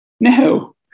no